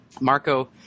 Marco